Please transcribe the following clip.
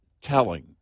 telling